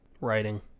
Writing